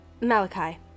Malachi